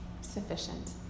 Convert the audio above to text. sufficient